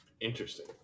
Interesting